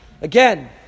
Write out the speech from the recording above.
Again